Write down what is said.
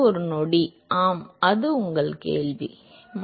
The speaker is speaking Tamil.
ஒரு நொடி ஆம் உங்கள் கேள்வி என்ன